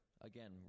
again